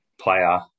player